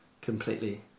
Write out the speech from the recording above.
completely